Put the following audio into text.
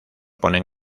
ponen